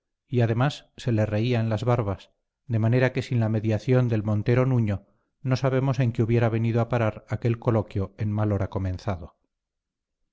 y además se le reía en las barbas de manera que sin la mediación del montero nuño no sabemos en qué hubiera venido a parar aquel coloquio en mal hora comenzado